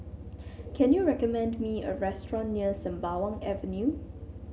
can you recommend me a restaurant near Sembawang Avenue